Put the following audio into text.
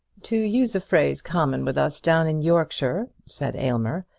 to use a phrase common with us down in yorkshire, said aylmer,